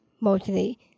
mostly